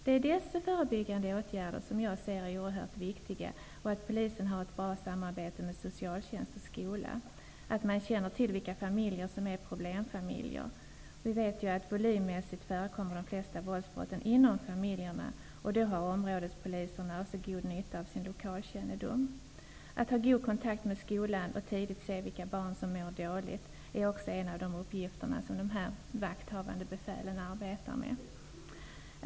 Det är dessa förebyggande åtgärder som jag anser är oerhört viktiga och att polisen har ett bra samarbete med socialtjänst och skola -- polisen känner då till vilka familjer som är problemfamiljer. Vi vet att volymmässigt begås de flesta våldsbrotten inom familjerna. Därför har områdespoliserna god nytta av sin lokalkännedom. Att ha goda kontakter med skolan och att tidigt kunna se vilka barn som mår dåligt är också en av de uppgifter som dessa vakthavande befäl arbetar med.